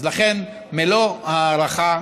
אז לכן, מלוא ההערכה.